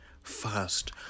first